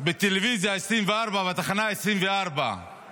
בטלוויזיה בתחנה 24 שצריך להעביר את הדרוזים